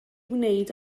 wneud